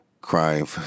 crying